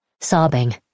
Sobbing